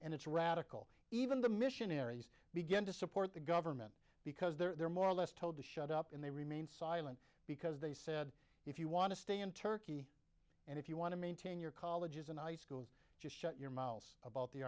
and it's radical even the missionaries begin to support the government because they're more or less told to shut up and they remain silent because they said if you want to stay in turkey and if you want to maintain your colleges and high school just shut your mouse about the